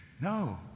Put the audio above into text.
no